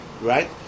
right